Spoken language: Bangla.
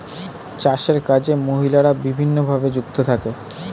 চাষের কাজে মহিলারা বিভিন্নভাবে যুক্ত থাকে